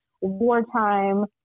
wartime